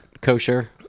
kosher